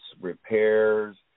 repairs